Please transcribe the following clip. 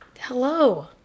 Hello